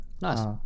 Nice